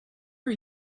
are